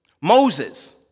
Moses